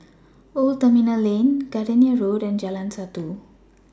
Old Terminal Lane Gardenia Road and Jalan Satu